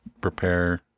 prepare